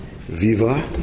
Viva